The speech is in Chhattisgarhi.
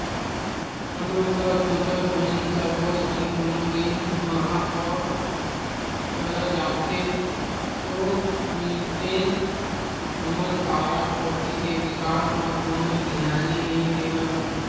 हमन सब सोचत हन सब्बो झन कोनो दिन महापौर करा जाके सोझ मिलतेन हमर पारा कोती के बिकास म कोनो धियाने नइ देवत हे